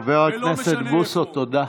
חבר הכנסת בוסו, תודה.